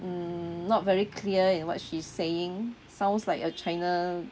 mm not very clear in what she's saying sounds like a china